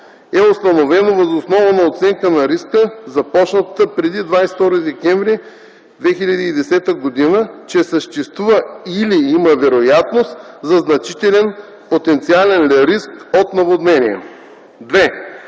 е установено въз основа на оценка на риска, започната преди 22 декември 2010 г., че съществува или има вероятност за значителен потенциален риск от наводнения;